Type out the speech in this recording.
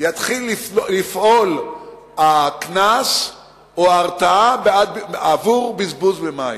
יתחיל לפעול הקנס בעבור בזבוז מים.